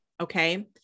okay